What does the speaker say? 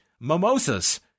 Mimosas